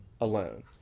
alone